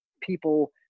people